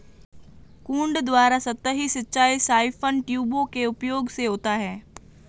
कुंड द्वारा सतही सिंचाई साइफन ट्यूबों के उपयोग से होता है